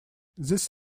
this